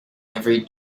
every